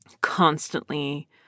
constantly